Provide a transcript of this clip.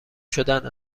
شدن